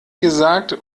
gesagt